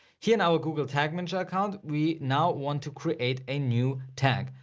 here in our google tag manager account, we now want to create a new tag.